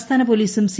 സംസ്ഥാന പൊലീസും സി